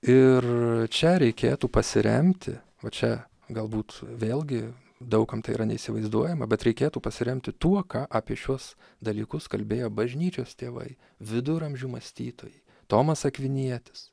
ir čia reikėtų pasiremti o čia galbūt vėlgi daug kam tai yra neįsivaizduojama bet reikėtų pasiremti tuo ką apie šiuos dalykus kalbėjo bažnyčios tėvai viduramžių mąstytojai tomas akvinietis